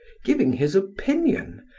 giving his opinion,